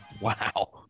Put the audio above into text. Wow